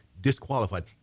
disqualified